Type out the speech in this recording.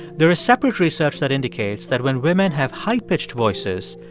there is separate research that indicates that when women have high-pitched voices,